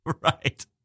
Right